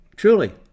Truly